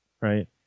right